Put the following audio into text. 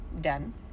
done